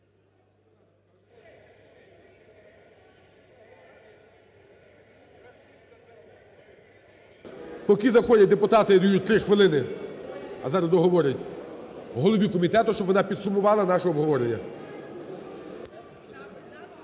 Поки заходять депутати, я даю три хвилини, а зараз договорять, голові комітету, щоб вона підсумувала наше обговорення.